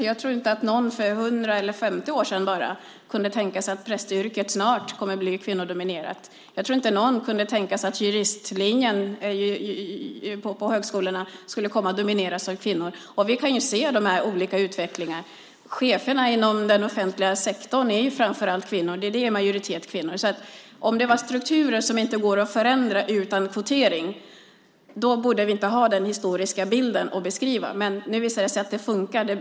Jag tror inte att någon för 100 eller bara 50 år sedan kunde tänka sig att prästyrket snart skulle komma att bli kvinnodominerat. Jag tror inte att någon kunde tänka sig att juristlinjen på högskolorna skulle komma att domineras av kvinnor. Vi kan se de olika utvecklingarna. Cheferna inom den offentliga sektorn är framför allt kvinnor. Det är en majoritet kvinnor där. Om strukturer inte gick att förändra utan kvotering skulle vi inte ha denna historiska bild. Nu visar det sig att det fungerar.